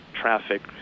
traffic